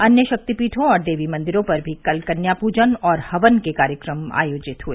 अन्य शक्तिपीठों और देवी मंदिरों पर भी कल कन्या पूजन और हवन के कार्यक्रम आयोजित हुए